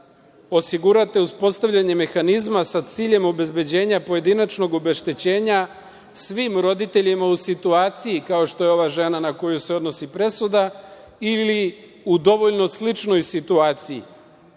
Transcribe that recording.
osigurate uspostavljanje mehanizma sa ciljem obezbeđenja pojedinačnog obeštećenja svim roditeljima u situaciji kao što je ova žena na koju se odnosi presuda ili u dovoljno sličnoj situaciji. Ovaj